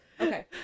Okay